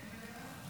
כנסת נכבדה,